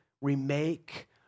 remake